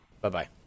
Bye-bye